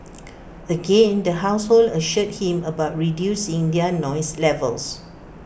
again the household assured him about reducing their noise levels